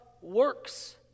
works